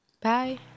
Bye